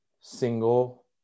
single